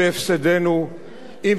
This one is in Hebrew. עם כל המחיר שכרוך בכך.